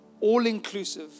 all-inclusive